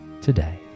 today